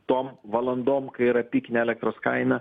tom valandom kai yra pikinę elektros kaina